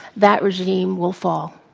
that regime will fall.